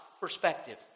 perspective